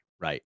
right